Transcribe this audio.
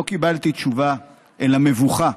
לא קיבלתי תשובה אלא מבוכה,